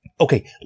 Okay